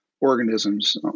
organisms